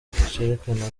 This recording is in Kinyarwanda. cerekana